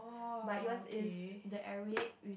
but yours is the arrow head